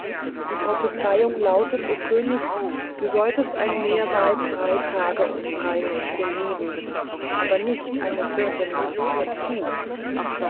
die prophezeiung lautete o könig du solltest ein meerweib drei tage und drei nächte lieben aber nicht eine vierte nacht dazu